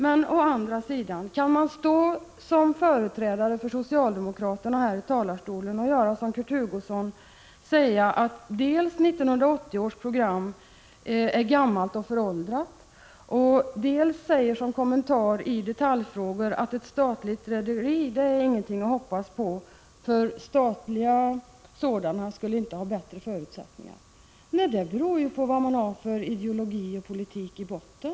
Men å andra sidan: Kan man som företrädare för socialdemokraterna stå här i talarstolen och göra som Kurt Hugosson, nämligen dels säga att 1980 års program är föråldrat, dels — att som kommentar till detaljfrågor — säga att ett statligt rederi inte är att hoppas på, eftersom statliga rederier inte skulle ha — Prot. 1985/86:136 bättre förutsättningar? 7 maj 1986 Men det beror ju på vad man har för ideologi och för politik i botten.